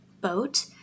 boat